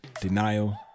denial